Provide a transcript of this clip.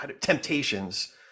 temptations